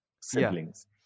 siblings